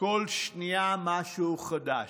כל שנייה משהו חדש.